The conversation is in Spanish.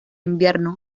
invierno